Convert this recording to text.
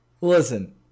Listen